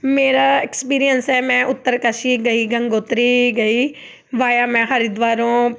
ਮੇਰਾ ਐਕਸਪੀਰੀਅੰਸ ਹੈ ਮੈਂ ਉੱਤਰਕਾਸ਼ੀ ਗਈ ਗੰਗੋਤਰੀ ਗਈ ਵਾਇਆ ਮੈਂ ਹਰਿਦੁਆਰ ਤੋਂ